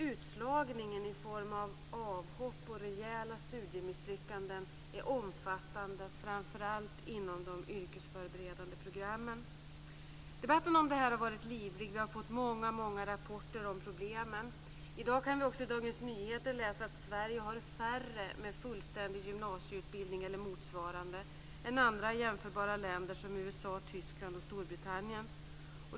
Utslagningen i form av avhopp och rejäla studiemisslyckanden är omfattande, framför allt inom de yrkesförberedande programmen. Debatten om detta har varit livlig, och vi har fått många rapporter om problemen. I dag kan vi också läsa i Dagens Nyheter att Sverige har färre med gymnasieutbildning eller motsvarande än andra jämförbara länder som USA, Tyskland och Storbritannien.